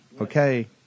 Okay